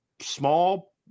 small